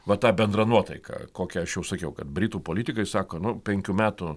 va ta bendra nuotaika kokia aš jau sakiau kad britų politikai sako nu penkių metų